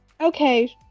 okay